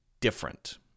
different